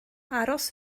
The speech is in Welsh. aros